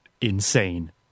insane